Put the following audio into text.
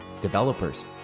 developers